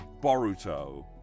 Boruto